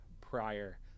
prior